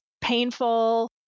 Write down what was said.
painful